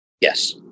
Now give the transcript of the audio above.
Yes